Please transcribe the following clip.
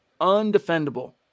Undefendable